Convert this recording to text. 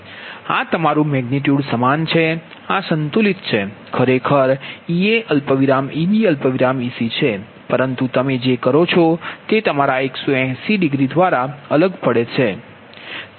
આ તમારૂ મેગનિટયુડ સમાન છે આ સંતુલિત છે ખરેખર Ea Eb Ec છે પરંતુ તમે જે કરો છો તે તમારા 180 દ્વારા અલગ પડે છે